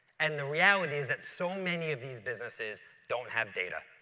and the reality is that so many of these businesses don't have data.